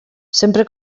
sempre